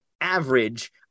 average